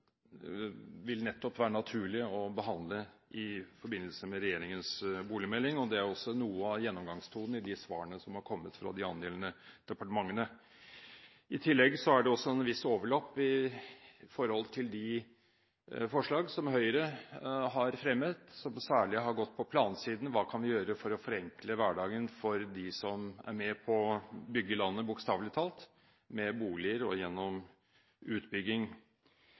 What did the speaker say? vil være naturlig å behandle nettopp i forbindelse med regjeringens boligmelding, og det er også noe av gjennomgangstonen i de svarene som har kommet fra de angjeldende departementene. I tillegg er det også et visst overlapp i forhold til de forslag som Høyre har fremmet, som særlig har gått på plansiden: Hva kan vi gjøre for å forenkle hverdagen for dem som er med på å bygge landet, bokstavelig talt, med boliger og gjennom utbygging?